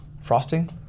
Frosting